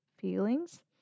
feelings